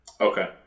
Okay